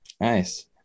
Nice